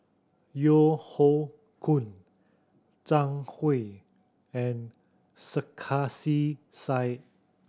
Yeo Hoe Koon Zhang Hui and Sarkasi Said